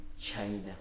China